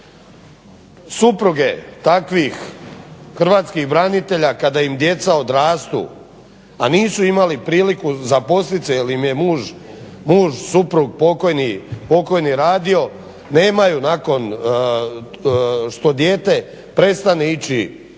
Supruge takvih hrvatskih branitelja kada im djeca odrastu a nisu imali priliku zaposlit se jer im je muž, suprug pokojni radio nemaju nakon što dijete prestane ići